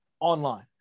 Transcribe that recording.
Online